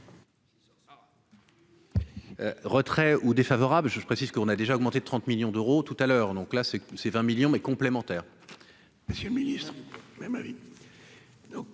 Retrait ou défavorable, je précise qu'on a déjà augmenté de 30 millions d'euros tout à l'heure, donc là c'est c'est 20 millions mais complémentaires. Monsieur le même avis,